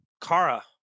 Kara